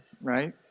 right